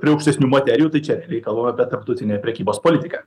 prie aukštesnių materijų tai čia reikalų apie tarptautinę prekybos politiką